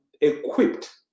equipped